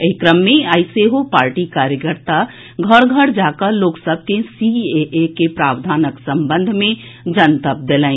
एहि क्रम मे आइ सेहो पार्टी कार्यकर्ता घर घर जा कऽ लोक सभ के सीएए के प्रावधानक संबंध मे जनतब देलनि